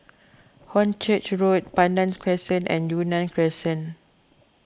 Hornchurch Road Pandan Crescent and Yunnan Crescent